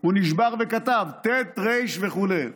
הוא נשבר וכתב: ט', ר' וכו'.